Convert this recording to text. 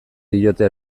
diote